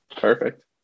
perfect